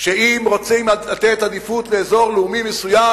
אם רוצים לתת עדיפות לאזור לאומי מסוים,